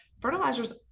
fertilizers